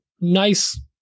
nice